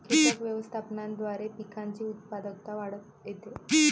कीटक व्यवस्थापनाद्वारे पिकांची उत्पादकता वाढवता येते